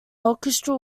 orchestral